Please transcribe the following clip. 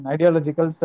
Ideological